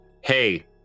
Hey